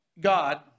God